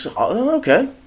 okay